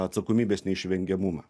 atsakomybės neišvengiamumą